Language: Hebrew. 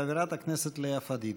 חברת הכנסת לאה פדידה.